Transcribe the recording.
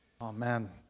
Amen